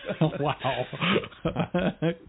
Wow